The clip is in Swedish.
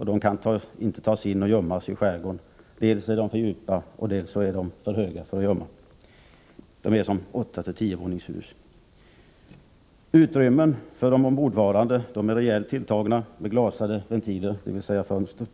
De kan inte tas in och gömmas i skärgården, eftersom de dels är för djupgående, dels för höga. De är som 8-10 våningshus. Utrymmena för de ombordvarande är rejält tilltagna och försedda med glasade ventiler, dvs. fönster.